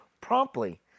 promptly